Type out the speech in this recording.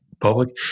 public